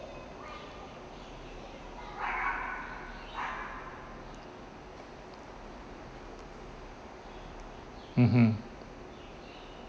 mmhmm